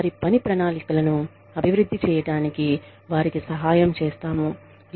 వారి పని ప్రణాళికలను అభివృద్ధి చేయడానికి వారికి సహాయం చేస్తాము